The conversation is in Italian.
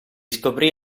scoprì